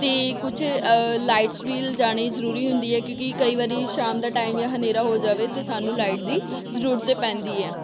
ਅਤੇ ਕੁਛ ਲਾਈਟਸ ਵੀ ਲਿਜਾਣੀ ਜ਼ਰੂਰੀ ਹੁੰਦੀ ਏ ਕਿਉਂਕਿ ਕਈ ਵਾਰੀ ਸ਼ਾਮ ਦਾ ਟਾਈਮ ਜਾਂ ਹਨੇਰਾ ਹੋ ਜਾਵੇ ਅਤੇ ਸਾਨੂੰ ਲਾਈਟ ਦੀ ਜ਼ਰੂਰਤ ਪੈਂਦੀ ਹੈ